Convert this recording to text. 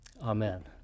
amen